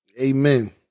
Amen